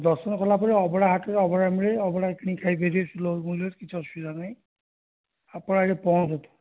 ଦର୍ଶନ କଲାପରେ ଅଭଡ଼ା ହାଟରୁ ଅଭଡ଼ା ମିଳିବ ଅଭଡ଼ା କିଣିକି ଖାଇପାରିବେ ସୁଲଭ ମୂଲ୍ୟରେ କିଛି ଅସୁବିଧା ନାହିଁ ଆପଣ ଆଗେ ପହଞ୍ଚନ୍ତୁ